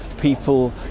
people